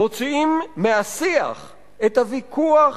מוציאים מהשיח את הוויכוח